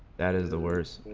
that is the worst.